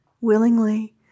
willingly